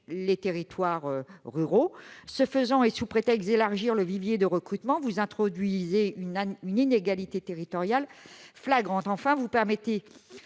les territoires ruraux. Ce faisant, sous prétexte d'élargir le vivier de recrutement, vous introduisez une inégalité territoriale flagrante. Enfin, vous permettez